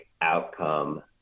outcome